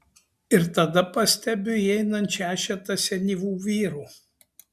ir tada pastebiu įeinant šešetą senyvų vyrų